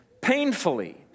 painfully